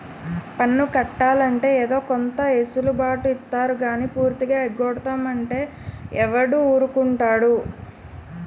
పన్ను కట్టాలంటే ఏదో కొంత ఎసులు బాటు ఇత్తారు గానీ పూర్తిగా ఎగ్గొడతాం అంటే ఎవడూరుకుంటాడు